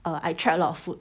err I tried a lot of food